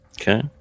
Okay